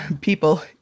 people